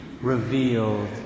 revealed